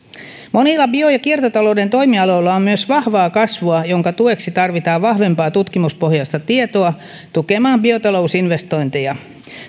monilla bio ja kiertotalouden toimialoilla on myös vahvaa kasvua jonka tueksi tarvitaan vahvempaa tutkimuspohjaista tietoa tukemaan biotalousinvestointeja